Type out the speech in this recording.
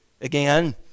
again